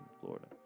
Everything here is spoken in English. Florida